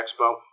expo